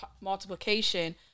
multiplication